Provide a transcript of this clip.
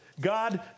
God